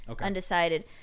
undecided